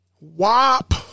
Wop